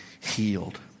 healed